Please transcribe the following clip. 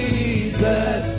Jesus